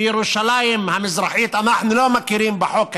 בירושלים המזרחית אנחנו לא מכירים בחוק הישראלי.